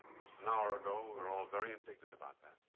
an hour ago, we were all very indignant about that.